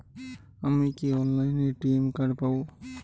আমি কি অনলাইনে এ.টি.এম কার্ড পাব?